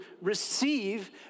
receive